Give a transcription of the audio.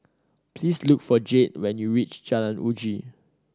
please look for Jayde when you reach Jalan Uji